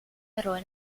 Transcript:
eroe